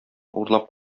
урлап